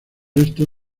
esto